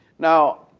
now,